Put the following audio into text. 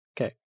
Okay